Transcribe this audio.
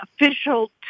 official